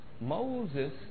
Moses